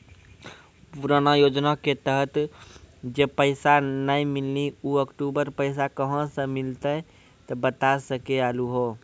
पुराना योजना के तहत जे पैसा नै मिलनी ऊ अक्टूबर पैसा कहां से मिलते बता सके आलू हो?